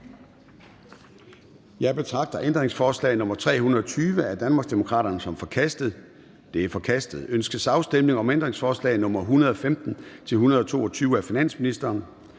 Jeg betragter ændringsforslag nr. 331 af Danmarksdemokraterne som forkastet. Det er forkastet. Ønskes afstemning om ændringsforslag nr. 211 og 212 af finansministeren?